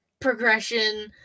progression